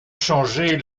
changé